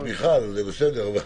אתה מפרשן את מיכל וזה בסדר.